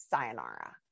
sayonara